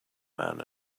man